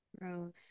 Gross